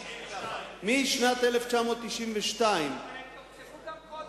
1992. משנת 1992, אבל הם תוקצבו גם קודם,